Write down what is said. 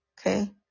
okay